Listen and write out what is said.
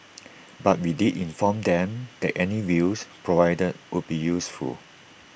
but we did inform them that any views provided would be useful